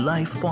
Life